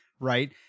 Right